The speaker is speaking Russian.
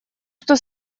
что